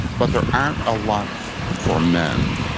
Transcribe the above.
but there aren't a lot for men.